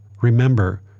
Remember